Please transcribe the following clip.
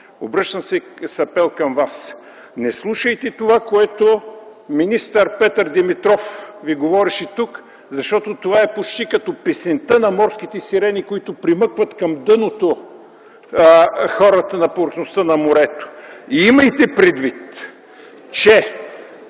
Обръщам се с апел към Вас: не слушайте това, което министър Петър Димитров Ви говореше тук, защото това е почти като песента на морските сирени, които примъкват към дъното хората от повърхността на морето! Имайте предвид, че